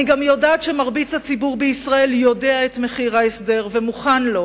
אני גם יודעת שמרבית הציבור בישראל יודע את מחיר ההסדר ומוכן לו,